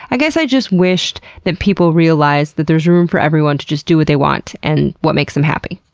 i guess i just wished that people realized that there's room for everyone to just do what they want and what makes them happy.